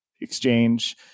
exchange